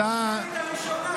אלמוג כהן (עוצמה יהודית): המנכ"לית הראשונה,